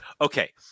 okay